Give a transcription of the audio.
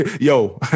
yo